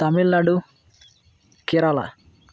Tamil Nadu Kerala